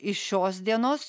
iš šios dienos